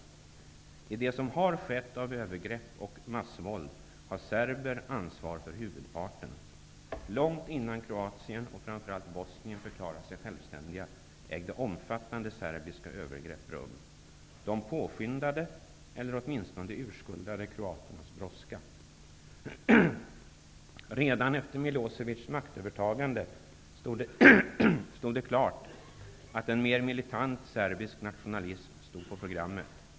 Beträffande det som har skett i form av övergrepp och massvåld bär serber ansvar för merparten. Långt innan Kroatien och framför allt Bosnien förklarade sig självständiga ägde omfattande serbiska övergrepp rum. De påskyndade, eller åtminstone urskuldade, kroaternas brådska. Redan efter Milosevics maktövertagande stod det klart att en mer militant serbisk nationalism stod på programmet.